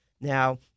Now